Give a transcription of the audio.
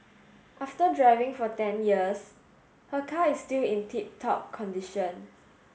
after driving for ten years her car is still in tip top condition